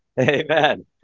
Amen